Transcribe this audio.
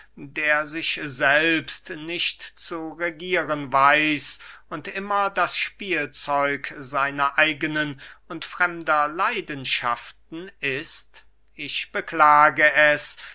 der sich selbst nicht zu regieren weiß und immer das spielzeug seiner eigenen und fremder leidenschaften ist ich beklage es